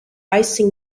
icing